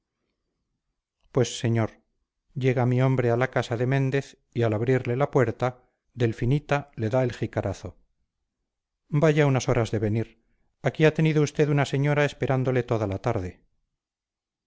pues señor llega mi hombre a la casa de méndez y al abrirle la puerta delfinita le da el jicarazo vaya unas horas de venir aquí ha tenido usted una señora esperándole toda la tarde